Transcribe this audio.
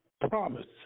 promise